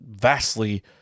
vastly